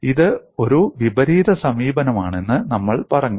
ഇത് ഒരു വിപരീത സമീപനമാണെന്ന് നമ്മൾ പറഞ്ഞു